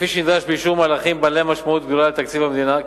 כפי שנדרש באישור מהלכים בעלי משמעות גדולה לתקציב המדינה.